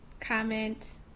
comment